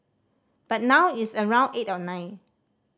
but now it's around eight or nine